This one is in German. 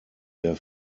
der